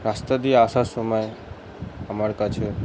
রাস্তা দিয়ে আসার সময় আমার কাছে